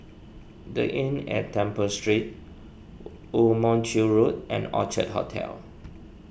the Inn at Temple Street Woo Mon Chew Road and Orchard Hotel